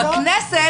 עכשיו בכנסת,